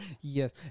Yes